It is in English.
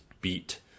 beat